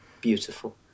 Beautiful